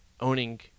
owning